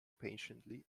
patiently